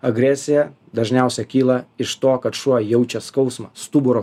agresija dažniausia kyla iš to kad šuo jaučia skausmą stuburo